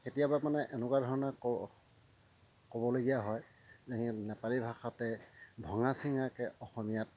কেতিয়াবা মানে এনেকুৱা ধৰণৰ ক'বলগীয়া হয় যে নেপালী ভাষাতে ভঙা চিঙাকৈ অসমীয়াত